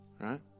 right